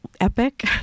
epic